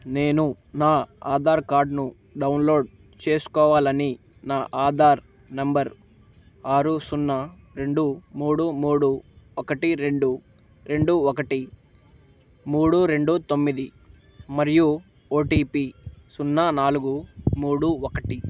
నేను నా ఆధార్ కార్ద్ను డౌన్లోడ్ చేసుకోవాలని నా ఆధార్ నంబర్ ఆరు సున్నా రెండు మూడు మూడు ఒకటి రెండు రెండు ఒకటి మూడు రెండు తొమ్మిది మరియు ఓటిపి సున్నా నాలుగు మూడు ఒకటి